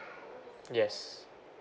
yes